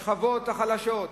לשכבות החלשות,